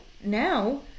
Now